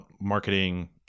marketing